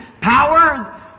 power